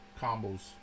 combos